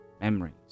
memories